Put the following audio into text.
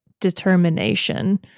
determination